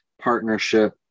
partnership